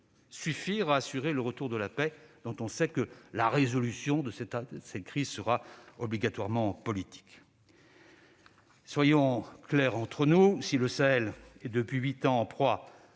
suffire à assurer le retour de la paix. Or, on le sait bien, le règlement de cette crise sera obligatoirement politique. Soyons clairs entre nous : si le Sahel est depuis huit ans en proie